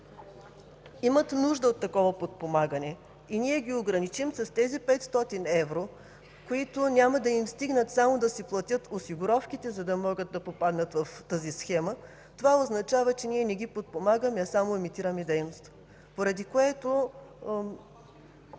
имат нужда от такова подпомагане и ние ги ограничим с тези 500 евро, които няма да им стигнат само да си платят осигуровките, за да могат да попаднат в тази схема, това означава, че ние не ги подпомагаме, а само имитираме дейност,